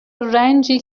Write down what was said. رنجی